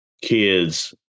kids